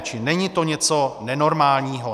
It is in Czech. Čili není to něco nenormálního.